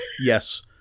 yes